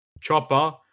Chopper